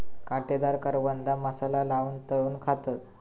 काटेदार करवंदा मसाला लाऊन तळून खातत